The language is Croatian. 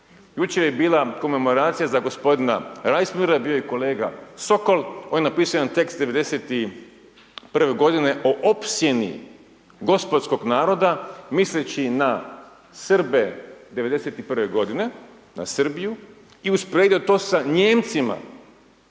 Jučer je bila komemoracija za gospodina Reißmullera, bio je i kolega Sokol, on je napisao jedan tekst 1991. godine o opsjeni gospodskog naroda, misleći na Srbe 1991. godine, na Srbiju i usporedio je to sa Nijemcima